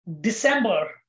December